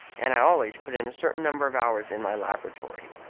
and i always put in a certain number of hours in my laboratory.